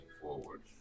forward